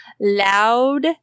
loud